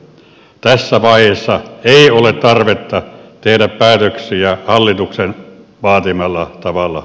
tässä vaiheessa ei ole tarvetta tehdä päätöksiä hallituksen vaatimalla tavalla